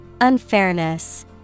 Unfairness